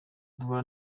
duhura